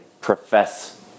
profess